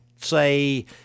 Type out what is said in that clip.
say